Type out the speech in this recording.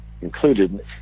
included